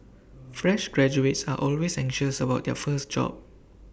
fresh graduates are always anxious about their first job